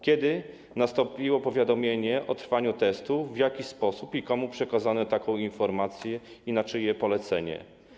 Kiedy nastąpiło powiadomienie o trwaniu testów, w jaki sposób i komu przekazano taką informację i na czyje polecenie?